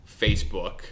Facebook